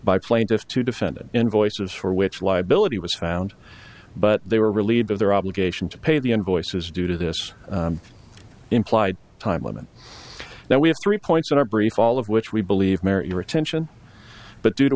by plaintiff to defendant invoices for which liability was found but they were relieved of their obligation to pay the invoices due to this implied time limit that we have three points in our brief all of which we believe your attention but due to